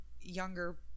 younger